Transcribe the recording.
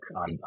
on